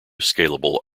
scalable